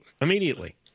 Immediately